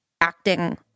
acting